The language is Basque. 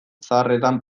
zaharretan